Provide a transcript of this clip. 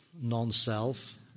non-self